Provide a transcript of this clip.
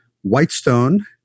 Whitestone